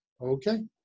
Okay